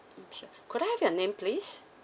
uh sure could I have your name please